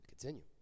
Continue